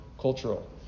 cultural